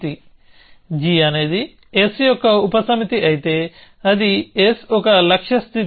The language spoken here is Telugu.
g అనేది s యొక్క ఉపసమితి అయితే అది s ఒక లక్ష్య స్థితి